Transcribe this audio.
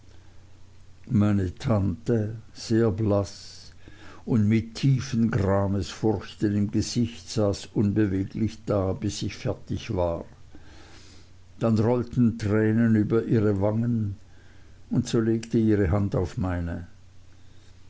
meine tante sehr blaß und mit tiefen gramesfurchen im gesicht saß unbeweglich da bis ich fertig war dann rollten tränen über ihre wangen und sie legte ihre hand auf meine